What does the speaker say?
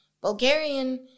Bulgarian